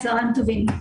צוהריים טובים.